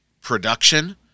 production